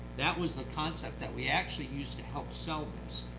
that was the concept that we actually used to help sell this,